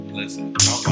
listen